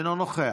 אינו נוכח,